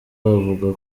avuga